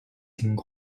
情况